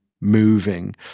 moving